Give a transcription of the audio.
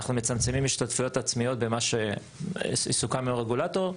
אנחנו מצמצמים השתתפויות עצמיות במה שסוכם עם הרגולטור,